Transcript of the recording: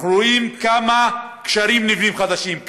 אנחנו רואים כמה גשרים חדשים נבנים,